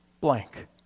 blank